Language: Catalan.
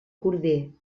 corder